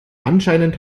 anscheinend